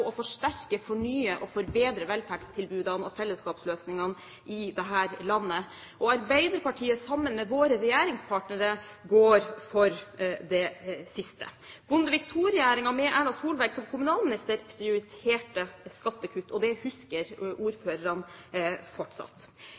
å forsterke, fornye og forbedre velferdstilbudene og fellesskapsløsningene i dette landet? Arbeiderpartiet, sammen med sine regjeringspartnere, går for det siste. Bondevik II-regjeringen, med Erna Solberg som kommunalminister, prioriterte skattekutt, og det husker ordførerne fortsatt.